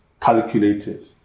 calculated